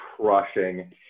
crushing